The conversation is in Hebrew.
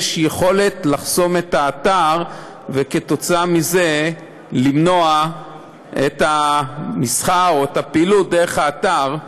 יש יכולת לחסום את האתר וכך למנוע את המסחר או את הפעילות דרך האתר.